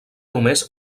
només